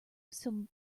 some